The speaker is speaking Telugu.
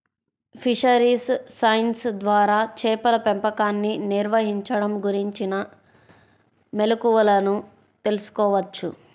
ఫిషరీస్ సైన్స్ ద్వారా చేపల పెంపకాన్ని నిర్వహించడం గురించిన మెళుకువలను తెల్సుకోవచ్చు